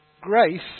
Grace